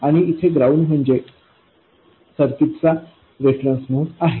आणि येथे ग्राउंड म्हणजे सर्किटचा रेफरन्स नोड आहे